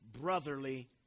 brotherly